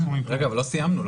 לא סיימנו.